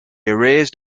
erased